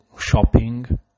shopping